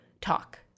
talk